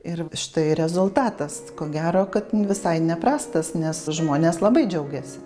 ir štai rezultatas ko gero kad visai neprastas nes žmonės labai džiaugėsi